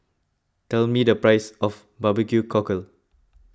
tell me the price of Barbecue Cockle